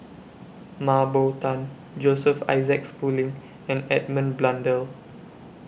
Mah Bow Tan Joseph Isaac Schooling and Edmund Blundell